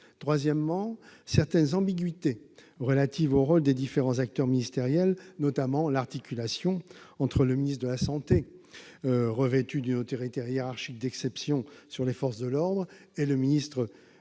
troisièmement, certaines ambiguïtés relatives au rôle des différents acteurs ministériels, notamment s'agissant de l'articulation entre le ministre de la santé, revêtu d'une autorité hiérarchique d'exception sur les forces de l'ordre, et le ministre